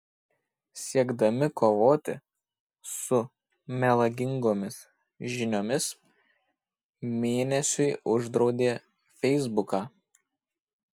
siekdami kovoti su melagingomis žiniomis mėnesiui uždraudė feisbuką